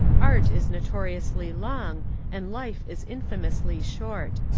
art is notoriously long and life is infamously short.